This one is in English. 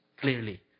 clearly